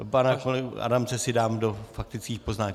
Pana kolegu Adamce si dám do faktických poznámek.